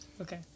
Okay